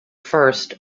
first